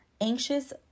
anxious